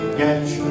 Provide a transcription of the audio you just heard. catch